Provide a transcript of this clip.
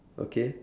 okay